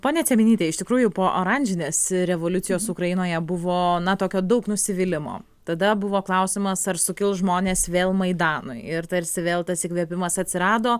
ponia cieminyte iš tikrųjų po oranžinės revoliucijos ukrainoje buvo na tokio daug nusivylimo tada buvo klausimas ar sukils žmonės vėl maidanui ir tarsi vėl tas įkvėpimas atsirado